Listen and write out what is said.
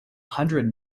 hundred